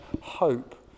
hope